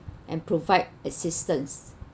and provide assistance